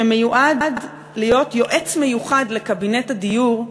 שמיועד להיות יועץ מיוחד לקבינט הדיור,